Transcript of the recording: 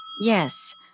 Yes